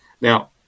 Now